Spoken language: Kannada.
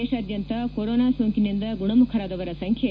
ದೇಶಾದ್ಯಂತ ಕೊರೋನಾ ಸೋಂಕಿನಿಂದ ಗುಣಮುಖರಾದವರ ಸಂಖ್ಯೆ